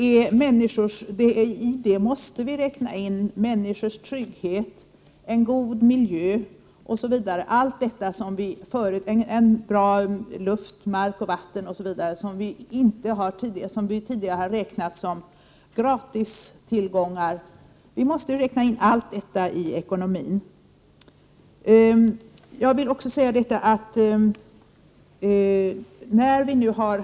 I ekonomi måste vi räkna in människors trygghet, en god miljö, ren luft, mark och vatten osv. Det är saker som vi tidigare har räknat som gratis tillgångar.